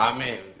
Amen